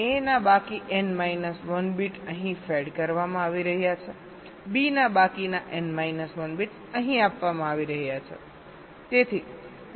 A ના બાકી n minus 1 bit અહીં ફેડ કરવામાં આવી રહ્યા છે B ના બાકીના n માઇનસ 1 બિટ્સ અહીં આપવામાં આવી રહ્યા છે